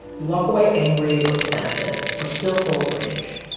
you walk away angry or defensive or still full of rage.